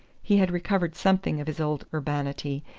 he had recovered something of his old urbanity,